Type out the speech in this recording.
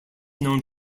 known